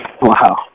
Wow